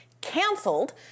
canceled